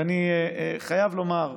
ואני חייב לומר,